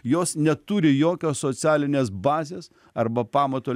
jos neturi jokios socialinės bazės arba pamato